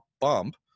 bump